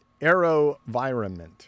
Aerovironment